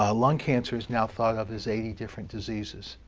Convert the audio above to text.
ah lung cancer is now thought of as eighty different diseases.